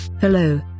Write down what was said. Hello